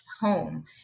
home